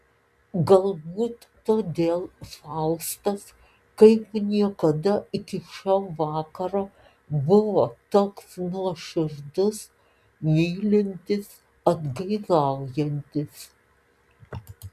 galbūt todėl faustas kaip niekada iki šio vakaro buvo toks nuoširdus mylintis atgailaujantis